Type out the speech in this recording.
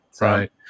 right